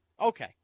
Okay